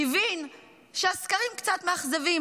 הבין שהסקרים קצת מאכזבים,